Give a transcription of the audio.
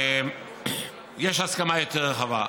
שיש הסכמה יותר רחבה.